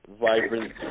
vibrant